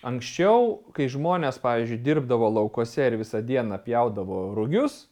anksčiau kai žmonės pavyzdžiui dirbdavo laukuose ir visą dieną pjaudavo rugius